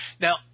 Now